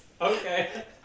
Okay